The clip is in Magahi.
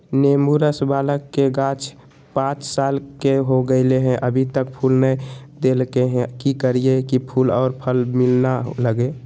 नेंबू रस बाला के गाछ पांच साल के हो गेलै हैं अभी तक फूल नय देलके है, की करियय की फूल और फल मिलना लगे?